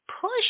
push